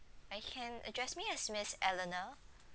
you can address me as miss eleanor